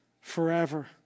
forever